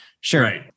Sure